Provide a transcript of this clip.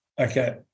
Okay